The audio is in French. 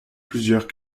plusieurs